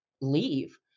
leave